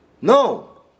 No